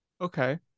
Okay